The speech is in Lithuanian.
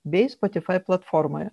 bei spotifai platformoje